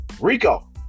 Rico